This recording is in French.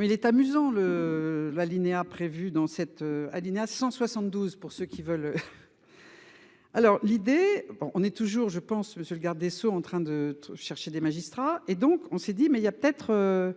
il est amusant le. L'alinéa prévu dans cet alinéa 172 pour ceux qui veulent. Alors l'idée. Bon on est toujours je pense monsieur le garde des Sceaux en train de chercher des magistrats et donc on s'est dit mais il y a peut-être.